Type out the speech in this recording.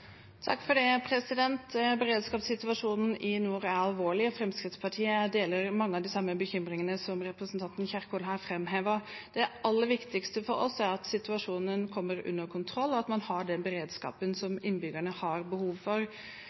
Beredskapssituasjonen i nord er alvorlig. Fremskrittspartiet deler mange av de samme bekymringene som representanten Kjerkol her framhever. Det aller viktigste for oss er at situasjonen kommer under kontroll, og at man har den beredskapen som innbyggerne har behov for.